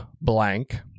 blank